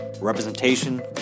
representation